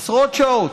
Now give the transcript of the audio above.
עשרות שעות,